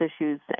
issues